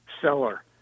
Seller